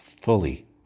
fully